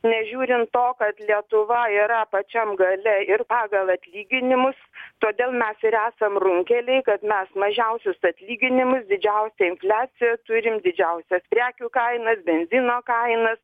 nežiūrint to kad lietuva yra pačiam gale ir pagal atlyginimus todėl mes ir esam runkeliai kad mes mažiausius atlyginimus didžiausią infliaciją turim didžiausias prekių kainas benzino kainas